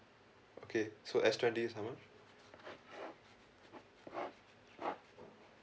okay so S twenty is how much